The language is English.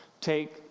take